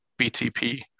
BTP